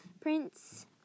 prints